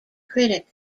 critic